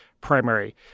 primary